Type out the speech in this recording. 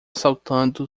saltando